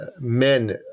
men